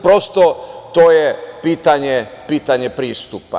Prosto, to je pitanje pristupa.